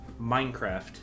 Minecraft